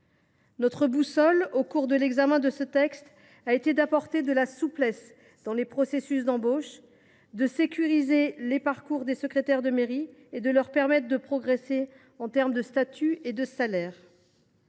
Notre boussole au cours de l’examen de ce texte a été d’introduire de la souplesse dans les processus d’embauche, de sécuriser le parcours des secrétaires de mairie et de leur permettre de progresser en termes de statut et de salaire.